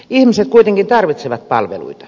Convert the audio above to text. ihmiset kuitenkin tarvitsevat palveluita